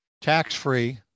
tax-free